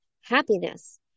Happiness